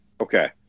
Okay